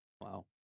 Wow